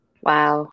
Wow